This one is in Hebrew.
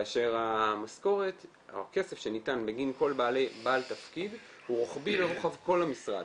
כאשר המשכורת או הכסף שניתן בגין כל בעל תפקיד או רוחבי לרוחב כל המשרד.